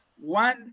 one